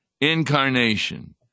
incarnation